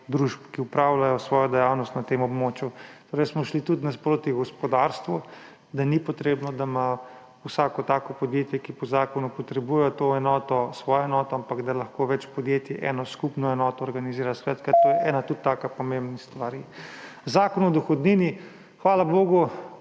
družb, ki opravljajo svojo dejavnost na tem območju. Torej smo šli tudi naproti gospodarstvu, da ni potrebno, da ima vsako tako podjetje, ki po zakonu potrebuje to enoto, svojo enoto, ampak lahko več podjetij eno skupno enoto organizira. Skratka, to je tudi ena taka pomembna stvar. Zakon o dohodnini. Hvala bogu